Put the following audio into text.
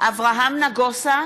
אברהם נגוסה,